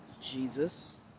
jesus